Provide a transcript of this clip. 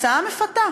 הצעה מפתה,